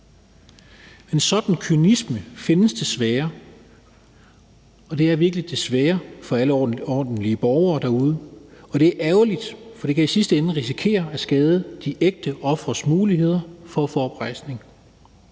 En sådan kynisme findes desværre, og det er virkelig »desværre« for alle ordentlige borgere derude, og det er ærgerligt, for det kan i sidste ende risikerer at skade de ægte ofres muligheder for at få oprejsning.